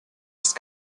ist